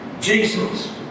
Jesus